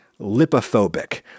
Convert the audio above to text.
lipophobic